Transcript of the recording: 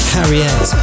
Harriet